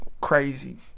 crazy